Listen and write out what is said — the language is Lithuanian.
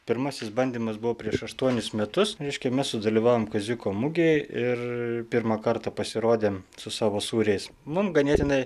pirmasis bandymas buvo prieš aštuonis metus reiškia mes sudalyvavom kaziuko mugėj ir pirmą kartą pasirodėm su savo sūriais mum ganėtinai